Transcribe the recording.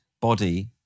body